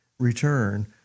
Return